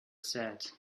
said